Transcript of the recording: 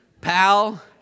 pal